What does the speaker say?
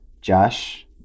Josh